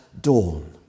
dawn